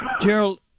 Gerald